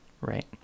right